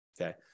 okay